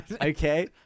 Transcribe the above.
Okay